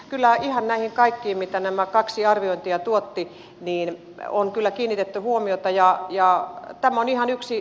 kyllä ihan näihin kaikkiin mitä nämä kaksi arviointia tuottivat on kiinnitetty huomiota ja joo tämä on ihan yksi